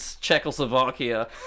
Czechoslovakia